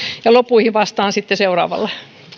ja loppuihin vastaan sitten seuraavalla